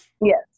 yes